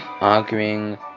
arguing